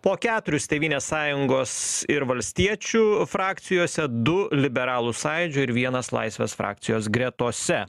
po keturis tėvynės sąjungos ir valstiečių frakcijose du liberalų sąjūdžio ir vienas laisvės frakcijos gretose